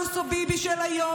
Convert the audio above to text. מוסוביבי של היום,